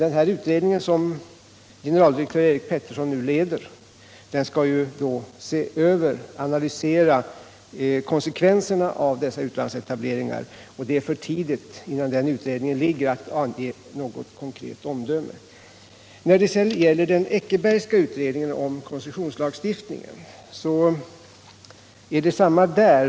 Den utredning som generaldirektör Eric Pettersson nu leder skall analysera konsekvenserna av dessa utlandsetableringar, och innan den utredningen föreligger är det för tidigt att avge något konkret omdöme. Detsamma gäller den Eckerbergska utredningen om koncessionslagstiftningen.